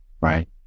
Right